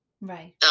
right